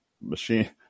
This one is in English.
machine